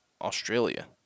Australia